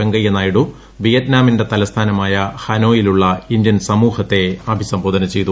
വെങ്ക്യു നായിഡു വിയറ്റ്നാമിന്റെ തലസ്ഥാനമായ ഹനോയിലുള്ളൂ ് ഇന്ത്യൻ സമൂഹത്തെ അഭിസംബോധന ചെയ്തു